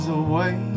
away